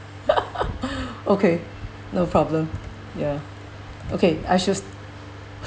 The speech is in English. okay no problem yeah okay I should start